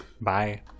bye